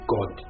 God